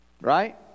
Right